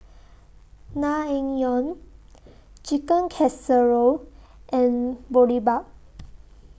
Naengmyeon Chicken Casserole and Boribap